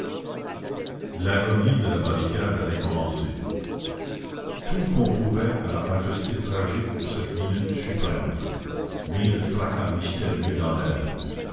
l'agonie de la barricade allait commencer tout concourait à la majesté tragique de cette minute suprême mille fracas mystérieux dans l'air